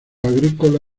agrícola